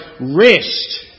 rest